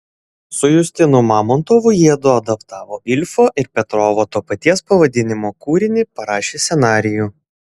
su justinu mamontovu jiedu adaptavo ilfo ir petrovo to paties pavadinimo kūrinį parašė scenarijų